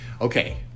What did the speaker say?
Okay